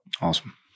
Awesome